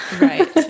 Right